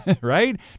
Right